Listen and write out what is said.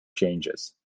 changes